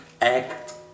act